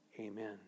Amen